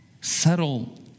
settle